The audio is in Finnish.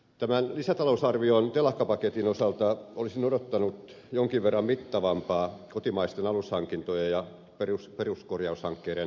tämän lisätalousarvion telakkapaketin osalta olisin odottanut jonkin verran mittavampaa kotimaisten alushankintojen ja peruskorjaushankkeiden aikaistamista